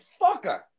fucker